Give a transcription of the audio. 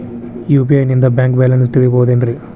UPI ನಿಂದ bank balance ತಿಳಿಬಹುದೇನ್ರಿ?